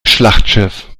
schlachtschiff